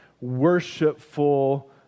worshipful